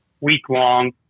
week-long